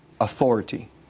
authority